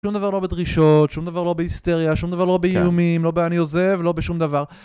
שום דבר לא בדרישות, שום דבר לא בהיסטריה, שום דבר לא באיומים, לא באני עוזב, לא בשום דבר